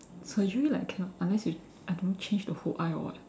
surgery like cannot unless you I don't change to whole eye [what]